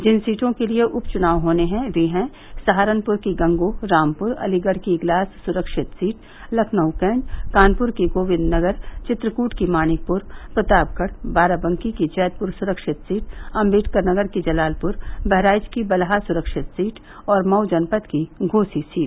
जिन सीटों के लिये उप चुनाव होने हैं वे हैं सहारनपुर की गंगोह रामपुर अलीगढ़ की इग्लास सुरक्षित सीट लखनऊ कैंट कानपुर की गोविंदनगर चित्रकूट की मानिकपुर प्रतापगढ़ बाराबंकी की जैदपुर सुरक्षित सीट अम्बेडकरनगर की जलालपुर बहराइच की बलहा सुरक्षित सीट और मऊ जनपद की घोसी सीट